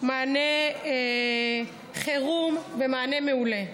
מענה חירום, מענה מעולה.